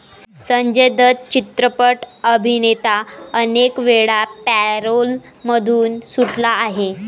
संजय दत्त चित्रपट अभिनेता अनेकवेळा पॅरोलमधून सुटला आहे